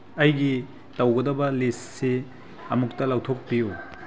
ꯑꯩꯒꯤ ꯇꯧꯒꯗꯕ ꯂꯤꯁꯁꯤ ꯑꯃꯨꯛꯇ ꯂꯧꯊꯣꯛꯄꯤꯌꯨ